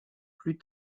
plus